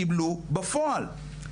קיבלו בפועל.